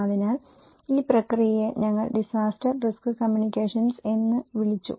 അതിനാൽ ഈ പ്രക്രിയയെ ഞങ്ങൾ ഡിസാസ്റ്റർ റിസ്ക് കമ്മ്യൂണിക്കേഷൻസ് എന്ന് വിളിച്ചു